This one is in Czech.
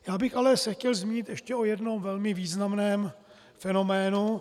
Já bych se ale chtěl zmínit ještě o jednom velmi významném fenoménu.